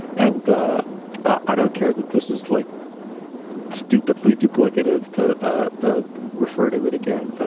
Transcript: and i don't care that this is like stupidly duplicative to ah ah refer to it again. but